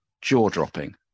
jaw-dropping